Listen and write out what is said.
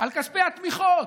על כספי התמיכות,